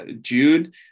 Jude